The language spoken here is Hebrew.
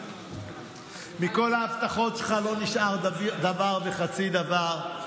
מכל ההבטחות שלך לא נשאר דבר וחצי דבר.